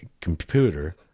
computer